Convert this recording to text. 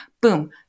boom